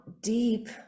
deep